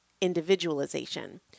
individualization